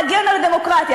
במקום להגן על הדמוקרטיה,